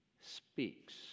speaks